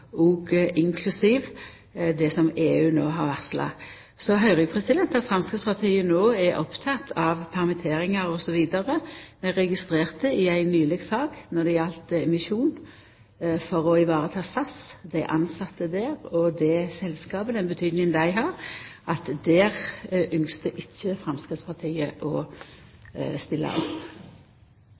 land, inklusiv det som EU no har varsla. Så høyrer eg at Framstegspartiet no er oppteke av permitteringar osv. Men eg registrerte at i ei sak nyleg som galdt emisjon for å ta vare på SAS, dei tilsette der og den betydinga det selskapet har, ynskte ikkje Framstegspartiet å stilla opp.